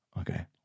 okay